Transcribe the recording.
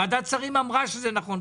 וגם ועדת שרים אמרה שזה נכון.